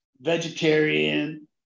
vegetarian